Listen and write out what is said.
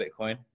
Bitcoin